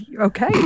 Okay